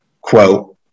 quote